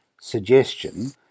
suggestion